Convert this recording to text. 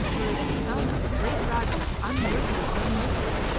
or is the son of a great rajah unworthy of your notice?